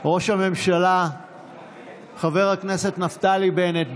ראש הממשלה חבר הכנסת נפתלי בנט,